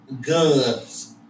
Guns